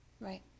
right